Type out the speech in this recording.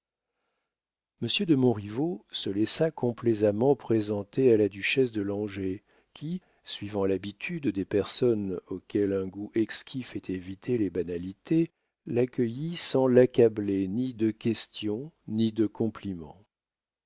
monsieur de montriveau se laissa complaisamment présenter à la duchesse de langeais qui suivant l'habitude des personnes auxquelles un goût exquis fait éviter les banalités l'accueillit sans l'accabler ni de questions ni de compliments